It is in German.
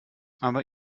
aber